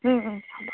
হ'ব